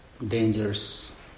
dangerous